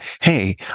hey